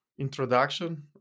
introduction